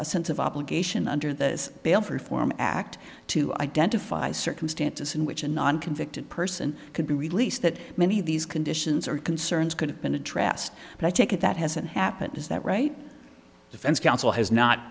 sense of obligation under the bail for reform act to identify circumstances in which a non convicted person could be released that many of these conditions or concerns could have been addressed but i take it that hasn't happened is that right defense counsel has not